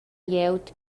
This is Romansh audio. glieud